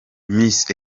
miss